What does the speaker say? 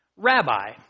Rabbi